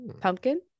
Pumpkin